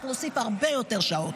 צריך להוסיף הרבה יותר שעות.